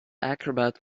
acrobat